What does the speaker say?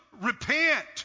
repent